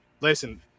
listen